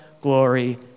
glory